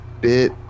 bit